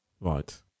Right